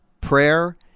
prayer